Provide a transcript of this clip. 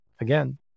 again